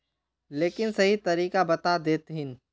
लेकिन सही तरीका बता देतहिन?